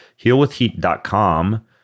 HealWithHeat.com